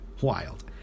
Wild